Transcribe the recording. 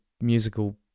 musical